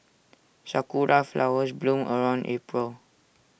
Sakura Flowers bloom around April